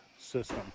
system